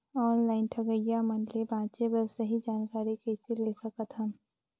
Online ठगईया मन ले बांचें बर सही जानकारी कइसे ले सकत हन?